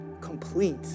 complete